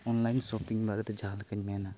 online shopping ᱵᱟᱨᱮᱛᱮ ᱡᱟᱦᱟᱸ ᱞᱮᱠᱟᱧ ᱢᱮᱱᱟ